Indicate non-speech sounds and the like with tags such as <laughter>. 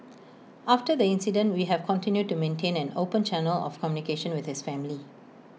<noise> after the incident we have continued to maintain an open channel of communication with his family